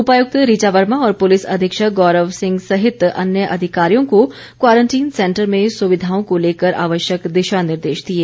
उपायक्त ऋचा वर्मा और पुलिस अधीक्षक गौरव सिंह सहित अन्य अधिकारियों को क्वारंटीन सेंटर में सुविधाओं को लेकर आवश्यक दिशा निर्देश दिए